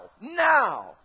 Now